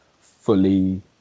fully